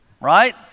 right